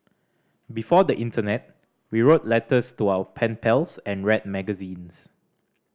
before the internet we wrote letters to our pen pals and read magazines